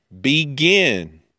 begin